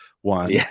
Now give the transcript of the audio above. one